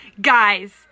Guys